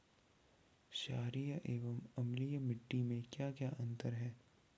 छारीय एवं अम्लीय मिट्टी में क्या क्या अंतर हैं?